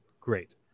Great